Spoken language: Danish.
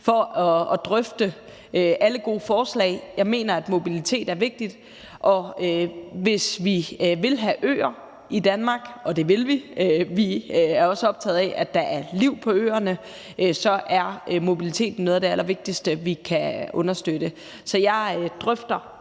for at drøfte alle gode forslag. Jeg mener, at mobilitet er vigtigt, og hvis vi vil have øer i Danmark – og det vil vi, og vi er også optagede af, at der er liv på øerne – så er mobiliteten noget af det allervigtigste, vi kan understøtte. Så jeg drøfter